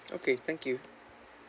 okay thank you